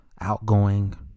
outgoing